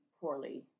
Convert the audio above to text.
poorly